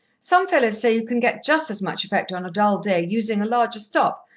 some fellows say you can get just as much effect on a dull day, using a larger stop,